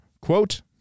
Quote